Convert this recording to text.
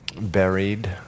buried